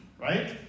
right